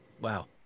Wow